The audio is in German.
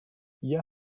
ihr